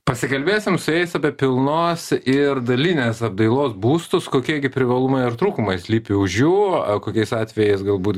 pasikalbėsim su jais apie pilnos ir dalinės apdailos būstus kokie gi privalumai ar trūkumai slypi už jų o kokiais atvejais galbūt